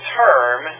term